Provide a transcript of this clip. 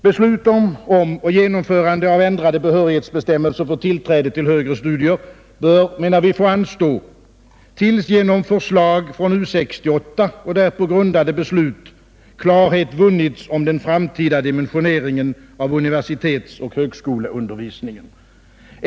Beslut om och genomförande av ändrade behörighetsbestämmelser för tillträde till högre studier bör få anstå tills genom förslag från U 68 och därpå grundade beslut klarhet vunnits om den framtida dimensioneringen av universitetsoch högskoleundervisningen.